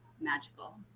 magical